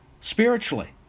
spiritually